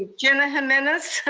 jena jimenez.